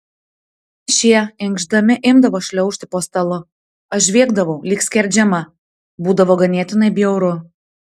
šie inkšdami imdavo šliaužti po stalu aš žviegdavau lyg skerdžiama būdavo ganėtinai bjauru